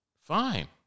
Fine